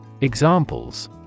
Examples